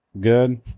good